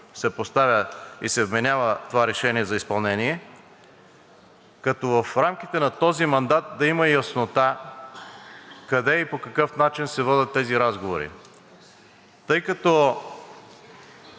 се поставя и се вменява това решение за изпълнение, като в рамките на този мандат да има яснота къде и по какъв начин се водят тези разговори. Тъй като